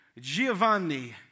Giovanni